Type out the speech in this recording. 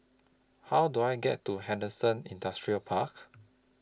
How Do I get to Henderson Industrial Park